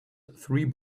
three